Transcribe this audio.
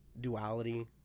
duality